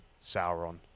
Sauron